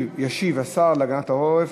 ישיב השר להגנת העורף,